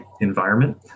environment